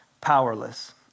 powerless